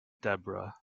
debra